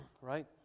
right